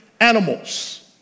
animals